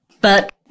But-